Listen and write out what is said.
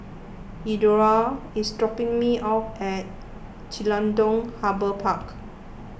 Eduardo is dropping me off at Jelutung Harbour Park